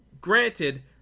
granted